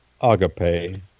agape